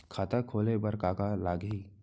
खाता खोले बार का का लागही?